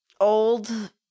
Old